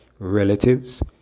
relatives